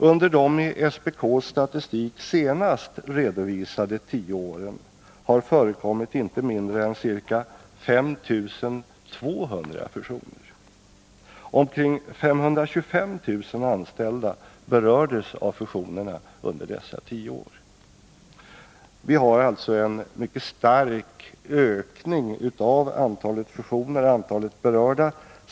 Under de i SPK:s statistik senast redovisade tio åren har förekommit inte mindre än ca 5 200 fusioner. Omkring 525 000 anställda berördes av fusionerna under dessa tio år. Vi har alltså en mycket stark ökning av antalet fusioner och antalet berörda anställda.